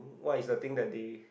what is the things that they